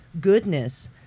goodness